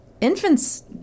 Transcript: infants